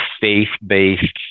faith-based